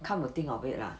come to think of it lah